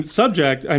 subject